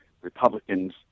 republicans